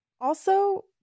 also-